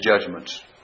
judgments